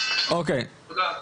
תודה.